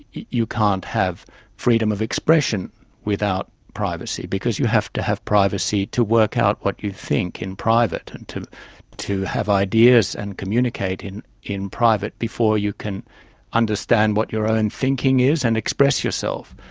you can't have freedom of expression without privacy because you have to have privacy to work out what you think in private and to to have ideas and communicate in in private before you can understand what your own thinking is and express yourself.